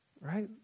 right